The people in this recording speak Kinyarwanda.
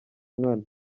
nkana